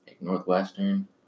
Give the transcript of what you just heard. Northwestern